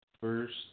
first